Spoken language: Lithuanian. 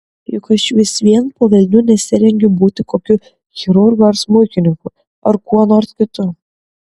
juk aš vis vien po velnių nesirengiu būti kokiu chirurgu ar smuikininku ar kuo nors kitu